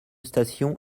station